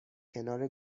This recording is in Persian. کنار